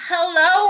Hello